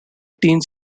teens